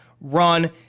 run